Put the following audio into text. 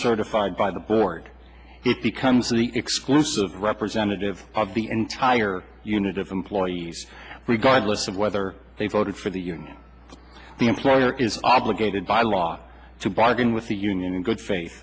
certified by the board it becomes the exclusive representative of the entire unit of employees regardless of whether they voted for the union the employer is obligated by law to bargain with the union in good faith